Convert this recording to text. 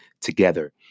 together